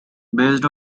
based